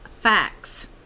facts